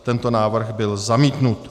Tento návrh byl zamítnut.